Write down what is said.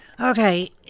Okay